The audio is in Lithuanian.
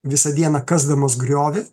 visą dieną kasdamas griovį